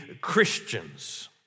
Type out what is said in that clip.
Christians